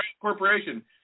corporation